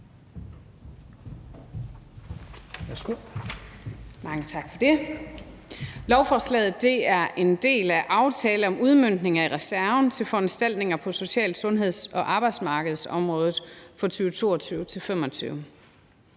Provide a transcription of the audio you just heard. (DF): Mange tak for det. Lovforslaget er en del af »Aftale om udmøntning af reserven til foranstaltninger på social-, sundheds- og arbejdsmarkedsområdet 2022-2025«,